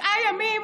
תשעה ימים